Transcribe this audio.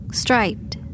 striped